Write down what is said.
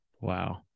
Wow